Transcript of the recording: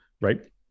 right